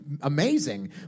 amazing